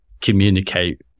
communicate